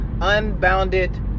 unbounded